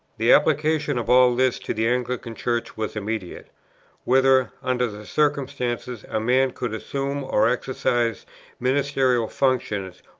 the application of all this to the anglican church was immediate whether, under the circumstances, a man could assume or exercise ministerial functions,